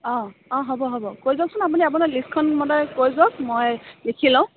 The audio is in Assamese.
অঁ অঁ হ'ব হ'ব কৈ যাওকচোন আপুনি আপোনাৰ লিষ্টখন মতে কৈ যাওক মই লিখি লওঁ